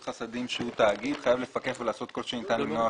חסדים שהוא תאגיד חייב לפקח ולעשות כל שניתן למניעת